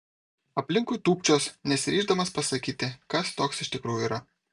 aplinkui tūpčios nesiryždamas pasakyti kas toks iš tikrųjų yra